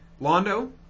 Londo